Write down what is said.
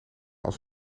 als